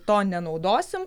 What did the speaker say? to nenaudosim